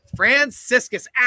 Franciscus